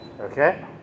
okay